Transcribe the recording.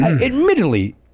admittedly